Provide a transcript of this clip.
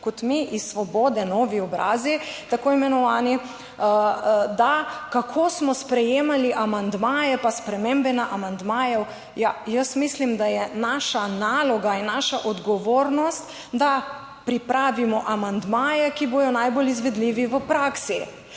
kot mi iz Svobode, novi obrazi tako imenovani, da kako smo sprejemali amandmaje, pa spremembe na amandmajev. Ja, jaz mislim, da je naša naloga in naša odgovornost, da pripravimo amandmaje, ki bodo najbolj izvedljivi v praksi.